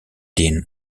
dean